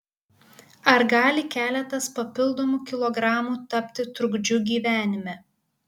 ar gali keletas papildomų kilogramų tapti trukdžiu gyvenime